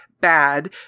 bad